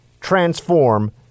transform